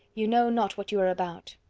you know not what you are about.